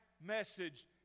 message